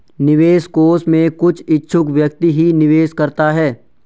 निवेश कोष में कुछ इच्छुक व्यक्ति ही निवेश करता है